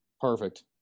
Perfect